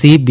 C B